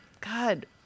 God